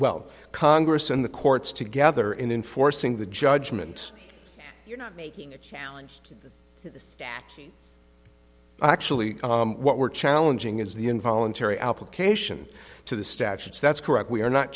well congress and the courts together in enforcing the judgment you're not making a challenge to actually what we're challenging is the involuntary application to the statutes that's correct we are not